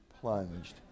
plunged